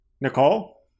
Nicole